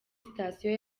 sitasiyo